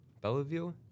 Bellevue